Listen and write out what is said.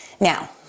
Now